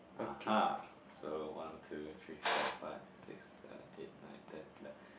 (uh huh) so one two three four five six seven eight nine ten ele~